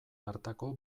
hartako